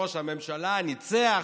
ראש הממשלה ניצח,